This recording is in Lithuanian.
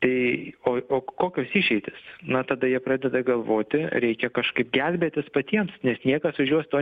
tai o o kokias išeitys nuo tada jie pradeda galvoti reikia kažkaip gelbėtis patiems nes niekas už juos to